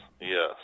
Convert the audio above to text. Yes